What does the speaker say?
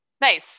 Nice